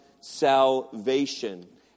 salvation